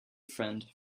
friend